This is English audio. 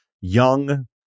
young